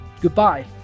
Goodbye